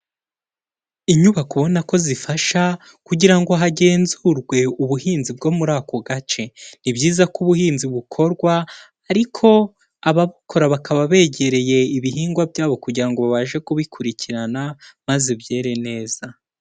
Inyubako ubona ko zifasha kugira ngo hagenzurwe ubuhinzi bwo muri ako gace. Ni byiza ko ubuhinzi bukorwa, ariko ababukora bakaba begereye ibihingwa byabo kugira ngo babashe kubikurikirana, maze byere neza.